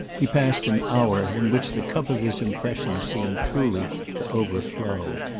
he passed an hour in which the cup of his impressions seemed truly to overflow.